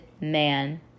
man